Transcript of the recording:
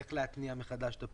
איך להתניע מחדש את הפעילות?